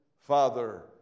Father